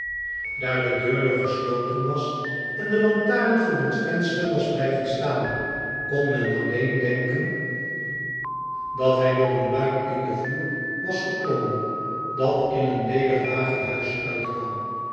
daar de deur nog gesloten was en de lantaren voor het venster was blijven staan kon men alleen denken dat hij de patiënt is wegoeloopen door een luik in den vloer was geklommen dat in een ledig wagenhuis uitkwam